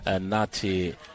nati